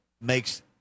makes